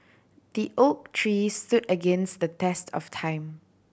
the oak tree stood against the test of time